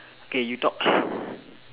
okay you talk